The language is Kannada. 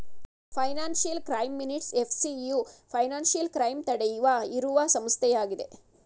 financial crime minutes FCU financial crime ತಡೆಯುವ ಇರುವ ಸಂಸ್ಥೆಯಾಗಿದೆ